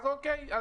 אז אוקיי,